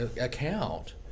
account